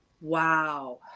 wow